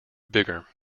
bigger